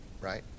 right